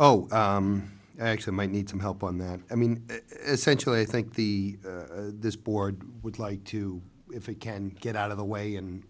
oh actually might need some help on that i mean essentially i think the this board would like to if they can get out of the way and